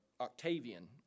Octavian